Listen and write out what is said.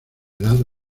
edad